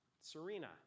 Serena